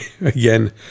again